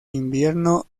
invierno